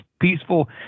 peaceful